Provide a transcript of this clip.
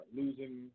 losing